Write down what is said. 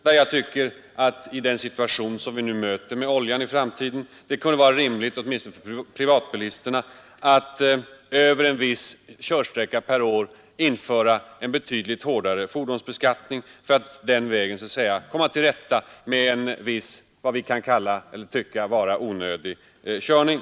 I den situation som vi får räkna med i framtiden när det gäller oljan tycker jag det kunde vara rimligt, att åtminstone för privatbilisterna — över en viss årlig körsträcka — införa betydligt hårdare fordonsbeskattning för att den vägen komma till rätta med, vad vi kan tycka vara, onödig körning.